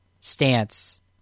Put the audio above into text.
stance